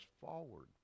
forward